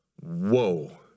whoa